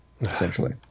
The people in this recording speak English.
essentially